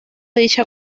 dicha